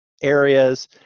areas